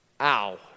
Ow